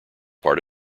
part